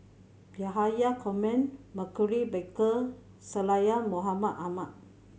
Yahya Cohen Maurice Baker Syed Mohamed Ahmed